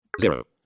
Zero